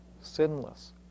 sinless